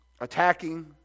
Attacking